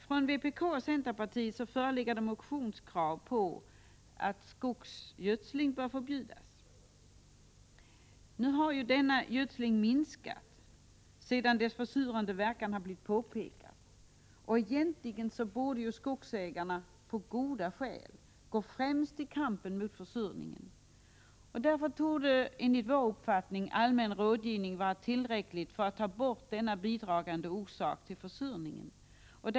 Från vpk och centerpartiet föreligger motionskrav på att skogsgödsling bör förbjudas. Denna gödsling har dock minskat sedan dess försurande verkan har påpekats, och skogsägarna borde på goda skäl gå främst i kampen mot försurningen. Därför torde enligt vår uppfattning allmän rådgivning vara tillräcklig för att ta bort denna bidragande orsak till försurningen.